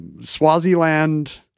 Swaziland